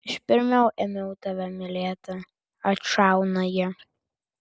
aš pirmiau ėmiau tave mylėti atšauna ji